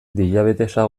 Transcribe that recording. diabetesa